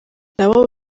nabo